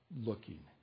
looking